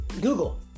Google